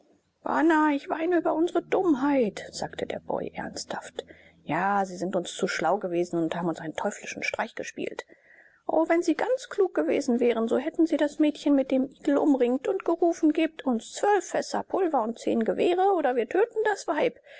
ich weine über unsre dummheit sagte der boy ernsthaft ja sie sind uns zu schlau gewesen und haben uns einen teuflischen streich gespielt o wenn sie ganz klug gewesen wären so hätten sie das mädchen mit dem igel umringt und gerufen gebt uns zwölf fässer pulver und zehn gewehre oder wir töten das weib